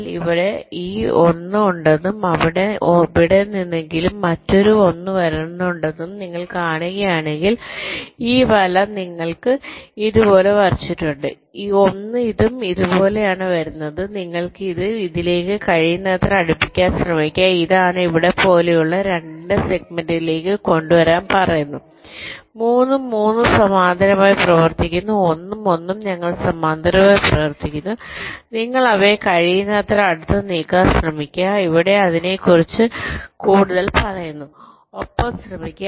നിങ്ങൾക്ക് ഇവിടെ ഈ 1 ഉണ്ടെന്നും അവിടെ എവിടെ നിന്നെങ്കിലും മറ്റൊരു 1 വരുന്നുണ്ടെന്നും നിങ്ങൾ കാണുകയാണെങ്കിൽ ഈ 1 വല നിങ്ങൾക്ക് ഇതുപോലെ വരച്ചിട്ടുണ്ട് 1 ഇതും ഇതുപോലെയാണ് വരുന്നത് നിങ്ങൾ ഇത് ഇതിലേക്ക് കഴിയുന്നത്ര അടുപ്പിക്കാൻ ശ്രമിക്കുക ഇതാണ് ഇവിടെ പോലെയുള്ള 2 ന്റെ സെഗ്മെന്റുകളിലേക്ക് കൊണ്ടുവരാൻ പറയുന്നു 3 ഉം 3 ഉം സമാന്തരമായി പ്രവർത്തിക്കുന്നു 1 ഉം 1 ഉം ഞങ്ങൾ സമാന്തരമായി പ്രവർത്തിക്കുന്നു നിങ്ങൾ അവയെ കഴിയുന്നത്ര അടുത്ത് നീക്കാൻ ശ്രമിക്കുക ഇവിടെ അതിനെക്കുറിച്ച് കൂടുതൽ പറയുന്നു ഒപ്പം ശ്രമിക്കുക